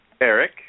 Eric